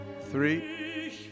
three